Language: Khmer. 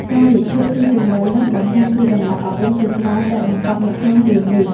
ការវិភាគស៊ីជម្រៅនឹងបង្ហាញពីតម្លៃអប់រំជាច្រើនដែលបង្កប់នៅក្នុងរឿងនេះ។